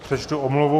Přečtu omluvu.